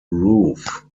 roof